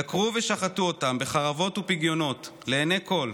דקרו ושחטו אותם בחרבות ופדיונות לעיני כול,